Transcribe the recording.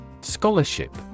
Scholarship